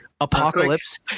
apocalypse